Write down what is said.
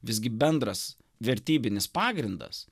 visgi bendras vertybinis pagrindas